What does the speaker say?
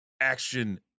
action